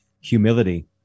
humility